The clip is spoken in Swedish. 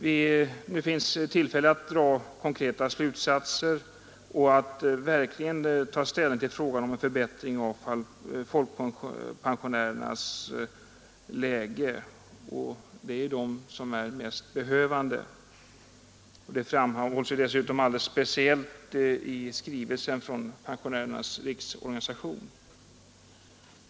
Det finns nu tillfälle att dra konkreta slutsatser och verkligen ta ställning till frågan om en förbättring av folkpensionärernas situation — det är ju folkpensionärerna som är de mest behövande, något som alldeles speciellt framhålles i skrivelsen från Pensionärernas riksorganisation.